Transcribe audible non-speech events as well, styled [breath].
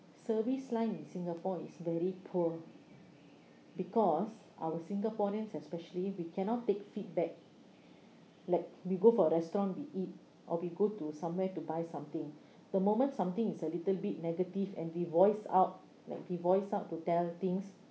service line in singapore is very poor because our singaporeans especially we cannot take feedback like we go for a restaurant we eat or we go to somewhere to buy something [breath] the moment something is a little bit negative and we voice out like we voice out to tell things